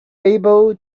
able